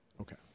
Okay